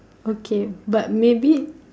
okay but maybe